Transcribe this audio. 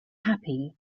happy